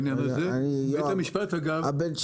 אגב זה